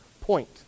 point